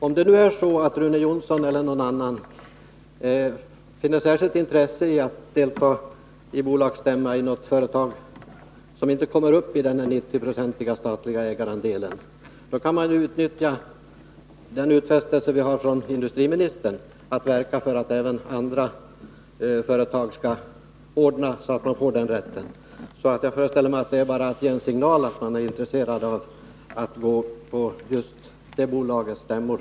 Om nu Rune Jonsson eller någon annan har särskilt intresse av att delta i en bolagsstämma i något företag som inte kommer upp i en 90-procentig statlig ägarandel, då kan man utnyttja den utfästelse vi har fått från industriministern att han skall verka för att den rätten skall finnas även när det gäller andra företag. Jag föreställer mig alltså att det bara är att ge en signal om att man är intresserad av att gå på ett visst bolags stämmor.